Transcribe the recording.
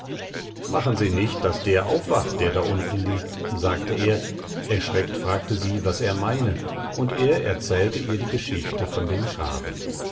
machen sie nicht daß der aufwacht der da unten liegt sagte er erschreckt fragte sie was er meine und er erzählte ihr die geschichte von dem grabe